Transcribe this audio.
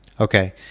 Okay